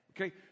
okay